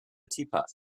teapot